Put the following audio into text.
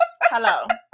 Hello